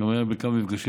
הוא היה בכמה מפגשים